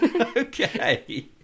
Okay